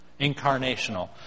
incarnational